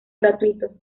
gratuito